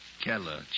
Keller